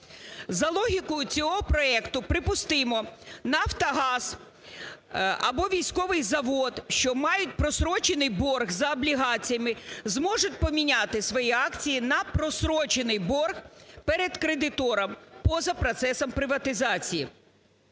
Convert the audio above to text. За логікою цього проекту припустимо "Нафтогаз" або військовий завод, що мають прострочений борг за облігаціями, зможуть поміняти свої акції на прострочений борг перед кредитором поза процесом приватизації.